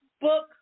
book